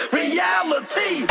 reality